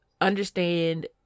understand